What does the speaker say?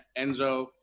Enzo